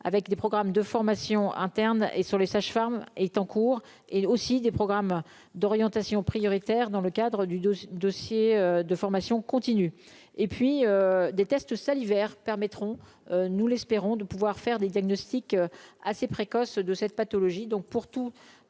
avec des programmes de formation interne et sur les sages-femmes est en cours, et aussi des programmes d'orientation prioritaire dans le cadre du dossier de formation continue et puis des tests salivaires permettront, nous l'espérons, de pouvoir faire des diagnostics assez précoce de cette pathologie,